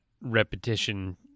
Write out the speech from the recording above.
repetition